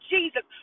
Jesus